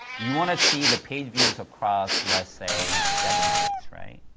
you want to see the page views across, let's say, seven days, right?